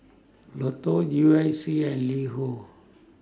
Lotto U I C and LiHo